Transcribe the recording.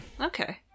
Okay